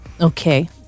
okay